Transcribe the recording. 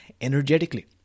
energetically